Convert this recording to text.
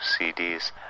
CDs